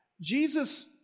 Jesus